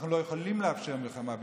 אנחנו לא יכולים לאפשר מלחמה בפנים,